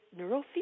neurofeedback